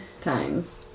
times